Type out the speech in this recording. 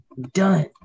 done